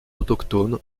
autochtone